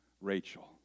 Rachel